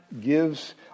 gives